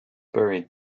buried